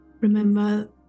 remember